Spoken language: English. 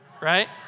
right